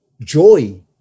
joy